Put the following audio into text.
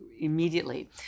Immediately